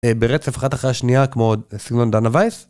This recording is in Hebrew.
ברצף אחת אחרי השנייה כמו סיגנון דנה וייס.